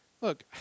Look